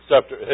chapter